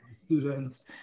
students